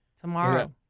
tomorrow